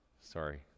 Sorry